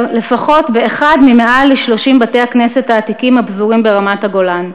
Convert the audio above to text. לפחות באחד מיותר מ-30 בתי-הכנסת העתיקים הפזורים ברמת-הגולן,